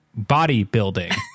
bodybuilding